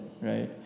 right